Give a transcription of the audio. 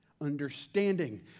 understanding